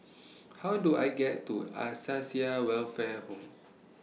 How Do I get to Acacia Welfare Home